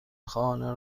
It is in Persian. خانه